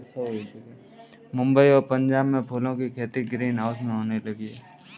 मुंबई और पंजाब में फूलों की खेती ग्रीन हाउस में होने लगी है